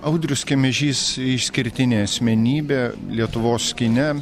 audrius kemežys išskirtinė asmenybė lietuvos kine